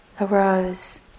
arose